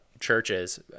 churches